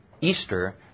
Easter